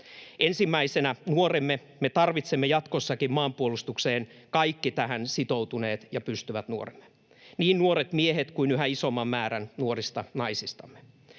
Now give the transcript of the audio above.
Ensimmäisenä nuoremme: Me tarvitsemme jatkossakin maanpuolustukseen kaikki tähän sitoutuneet ja pystyvät nuoremme, niin nuoret miehet kuin yhä isomman määrän nuorista naisistamme.